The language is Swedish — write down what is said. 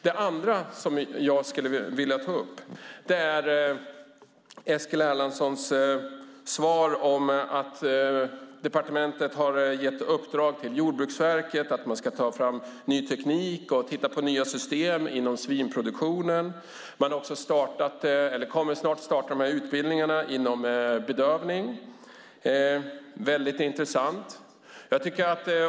Det andra jag skulle vilja ta upp är Eskil Erlandssons svar att departementet har gett i uppdrag åt Jordbruksverket att ta fram ny teknik och titta på nya system inom svinproduktionen. Man kommer också att starta utbildningar i bedövning. Det är väldigt intressant.